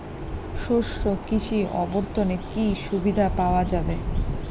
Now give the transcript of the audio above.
শস্য কৃষি অবর্তনে কি সুবিধা পাওয়া যাবে?